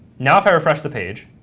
now if i refresh the page,